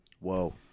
Whoa